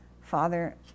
father